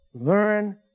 Learn